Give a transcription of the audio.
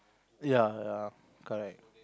ya ya correct